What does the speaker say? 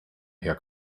herr